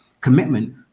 commitment